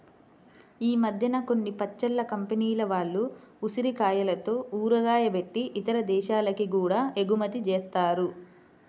ఈ మద్దెన కొన్ని పచ్చళ్ళ కంపెనీల వాళ్ళు ఉసిరికాయలతో ఊరగాయ బెట్టి ఇతర దేశాలకి గూడా ఎగుమతి జేత్తన్నారు